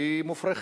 היא מופרכת.